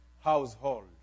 household